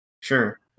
Sure